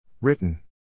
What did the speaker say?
Written